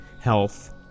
health